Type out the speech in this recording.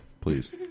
Please